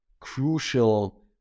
crucial